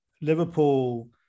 Liverpool